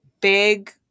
big